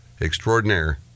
extraordinaire